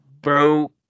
bro